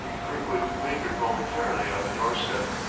kirkwood lingered momentarily on the doorstep,